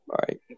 right